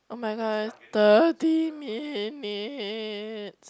[oh]-my-god thirty minutes